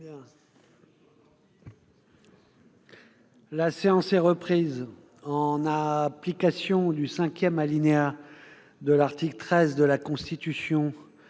La séance est reprise. En application du cinquième alinéa de l'article 13 de la Constitution,